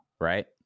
right